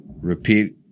Repeat